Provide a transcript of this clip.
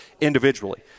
individually